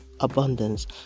abundance